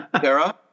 Sarah